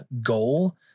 goal